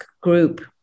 group